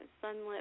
sunlit